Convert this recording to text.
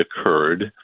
occurred